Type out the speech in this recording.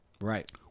Right